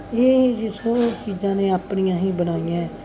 ਇਹ ਜੋ ਸਭ ਚੀਜ਼ਾਂ ਨੇ ਆਪਣੀਆਂ ਹੀ ਬਣਾਈਆਂ